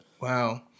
Wow